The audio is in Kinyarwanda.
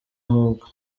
ahubwo